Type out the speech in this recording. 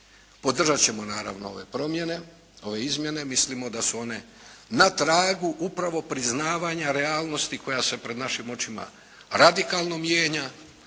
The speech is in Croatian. Podržat ćemo naravno ove promjene, ove izmjene. Mislimo da su one na tragu upravo priznavanja realnosti koja se pred našim očima radikalno mijenja.